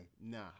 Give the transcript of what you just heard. Nah